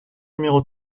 numéro